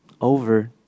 over